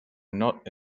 not